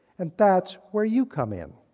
and, that's where you come in.